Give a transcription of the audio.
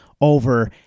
Over